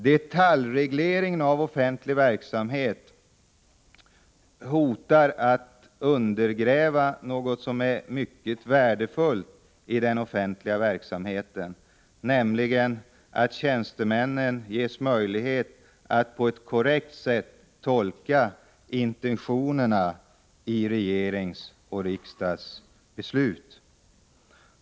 Detaljregleringen av offentlig verksamhet hotar att undergräva något av det mest värdefulla vi har i offentlig verksamhet, nämligen att tjänstemännen ges möjlighet att på rätt sätt tolka intentionerna bakom regeringens och riksdagens beslut.